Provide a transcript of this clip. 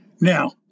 Now